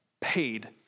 paid